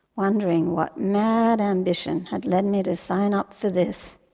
wondering what mad ambition had led me to sign up for this.